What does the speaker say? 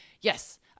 yes